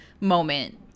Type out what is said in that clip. moment